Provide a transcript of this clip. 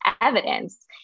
evidence